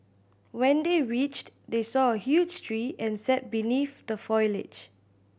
when they reached they saw a huge tree and sat beneath the foliage